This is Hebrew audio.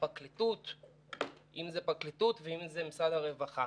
מהפרקליטות וממשרד הרווחה